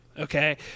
okay